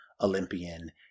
Olympian